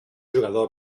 jugador